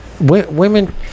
women